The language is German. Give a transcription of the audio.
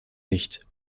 nicht